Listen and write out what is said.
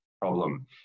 problem